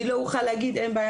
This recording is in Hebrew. אני לא אוכל להגיד 'אין בעיה,